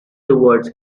toward